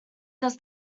does